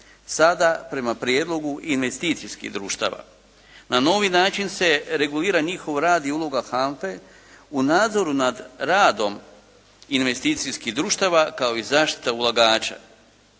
sada prema prijedlogu investicijskih društava. Na novi način se regulira njihov rad i uloga HANFA-e u nadzoru nad radom investicijskih društava kao i zaštita ulagača.